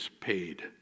paid